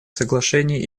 соглашений